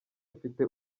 mfite